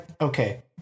okay